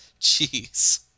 jeez